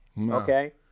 okay